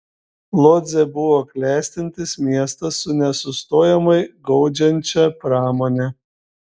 lodzė buvo klestintis miestas su nesustojamai gaudžiančia pramone